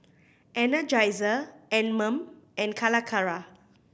Energizer Anmum and Calacara